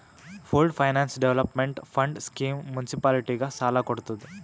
pooled finance development fund scheme ಮುನ್ಸಿಪಾಲಿಟಿಗ ಸಾಲ ಕೊಡ್ತುದ್